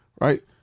right